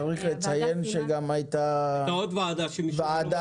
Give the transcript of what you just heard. צריך לציין שגם הייתה ועדת